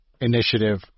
initiative